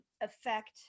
affect